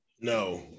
No